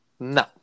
No